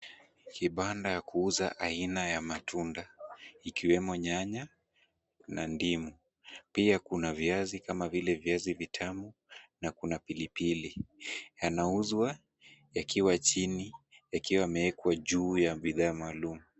Vibanda ya kuuza aina ya matunda ikiwemo nyanya na ndimu. Pia kuna viazi kama vile viazi vitamu na kuna pili pili. Yanauzwa yakiwa chini yakiwa yameekwa juu ya bidhaa maalum.